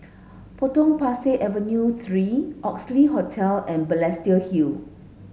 Potong Pasir Avenue three Oxley Hotel and Balestier Hill